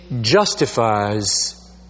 justifies